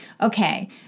okay